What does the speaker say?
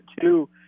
two